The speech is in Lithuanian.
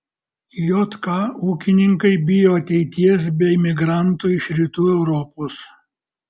jk ūkininkai bijo ateities be imigrantų iš rytų europos